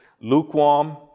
lukewarm